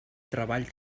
treball